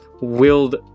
willed